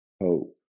hope